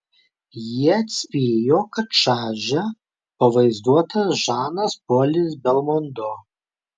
jie atspėjo kad šarže pavaizduotas žanas polis belmondo